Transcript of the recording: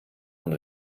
und